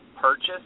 purchase